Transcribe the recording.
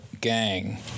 gang